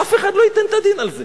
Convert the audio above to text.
אף אחד לא ייתן את הדין על זה.